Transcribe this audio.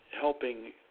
helping